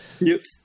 Yes